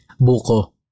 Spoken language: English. buko